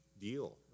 deal